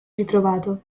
ritrovato